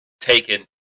taken